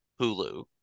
hulu